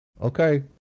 Okay